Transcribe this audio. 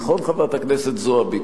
נכון, חברת הכנסת זועבי?